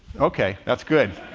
okay, that's good.